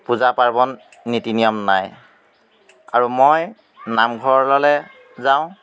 পূজা পাৰ্বণ নীতি নিয়ম নাই আৰু মই নামঘৰলৈ যাওঁ